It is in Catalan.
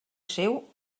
seu